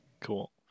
Cool